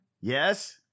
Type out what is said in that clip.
Yes